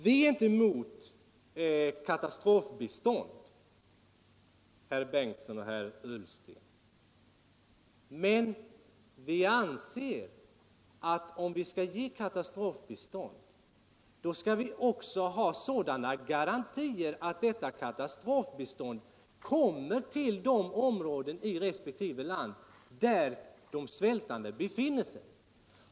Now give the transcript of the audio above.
Vi är inte emot katastrofbistånd, herr Bengtson och herr Ullsten, men vi anser att om vi skall ge katastrofbistånd skall vi också ha garantier för att detta katastrofbistånd kommer fram till de områden i resp. land där de svältande befinner sig.